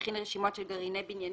יכין רשימות של גרעיני בניינים,